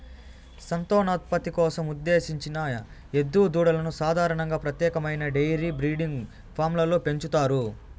సంతానోత్పత్తి కోసం ఉద్దేశించిన ఎద్దు దూడలను సాధారణంగా ప్రత్యేకమైన డెయిరీ బ్రీడింగ్ ఫామ్లలో పెంచుతారు